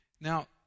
Now